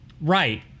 Right